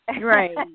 Right